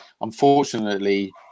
unfortunately